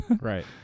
Right